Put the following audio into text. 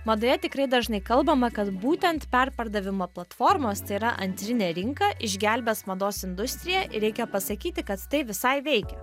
madoje tikrai dažnai kalbama kad būtent perpardavimo platformos tai yra antrinė rinka išgelbės mados industriją reikia pasakyti kad tai visai veikia